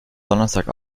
donnerstag